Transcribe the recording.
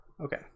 Okay